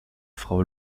frau